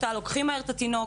לוקחים את התינוק,